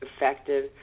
effective